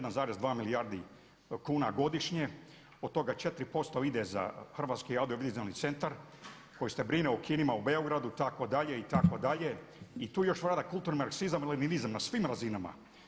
1,2 milijardi kuna godišnje, od toga 4% ide za Hrvatski audiovizualni centar koji se brine o kinima u Beogradu itd. itd. i tu još vlada kulturni marksizam i e… na svim razinama.